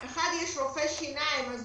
יש רופא שיניים אחד,